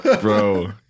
Bro